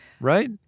Right